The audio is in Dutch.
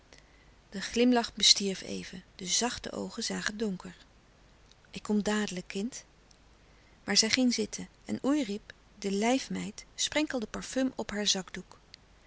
de glimlach bestierf even de zachte oogen zagen donker ik kom dadelijk kind maar zij ging zitten en oerip de lijfmeid sprenkelde parfum op haar zakdoek